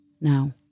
Now